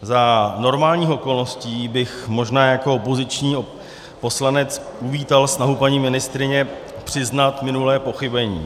Za normálních okolností bych možná jako opoziční poslanec uvítal snahu paní ministryně přiznat minulé pochybení.